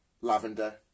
Lavender